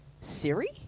Siri